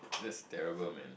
this is terrible man